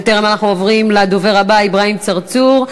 בטרם אנחנו עוברים לדובר הבא, אברהים צרצור,